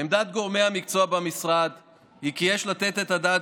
עמדת גורמי המקצוע במשרד היא כי יש לתת את הדעת